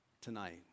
tonight